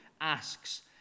asks